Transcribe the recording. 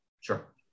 Sure